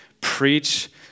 preach